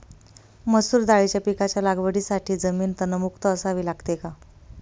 मसूर दाळीच्या पिकाच्या लागवडीसाठी जमीन तणमुक्त असावी लागते